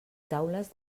taules